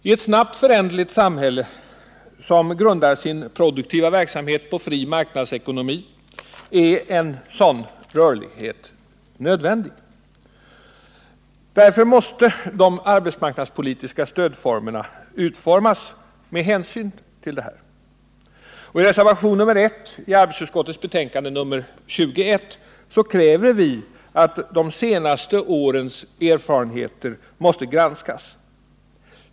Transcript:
I ett snabbt föränderligt samhälle som grundar sin produktiva verksamhet på marknadsekonomi är en sådan rörlighet nödvändig. Därför måste de arbetsmarknadspolitiska stödformerna utformas med hänsyn till detta. I reservationen 1 vid arbetsmarknadsutskottets betänkande nr 21 kräver vi att de senaste årens erfarenheter skall granskas.